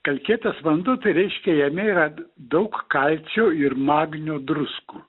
kalkėtas vanduo tai reiškia jame yra daug kalcio ir magnio druskų